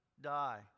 die